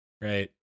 right